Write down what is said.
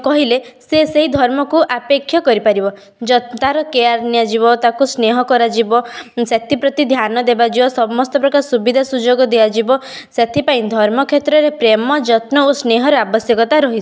କହିଲେ ସେ ସେଇ ଧର୍ମକୁ ଆପେକ୍ଷ କରିପାରିବ ତା'ର କେୟାର୍ ନିଆଯିବ ତାକୁ ସ୍ନେହ କରାଯିବ ସେଥିପ୍ରତି ଧ୍ୟାନ ଦେବା ସମସ୍ତ ପ୍ରକାର ସୁବିଧା ସୁଯୋଗ ଦିଆଯିବ ସେଥିପାଇଁ ଧର୍ମ କ୍ଷେତ୍ରରେ ପ୍ରେମ ଯତ୍ନ ଓ ସ୍ନେହର ଆବଶ୍ୟକତା ରହିଛି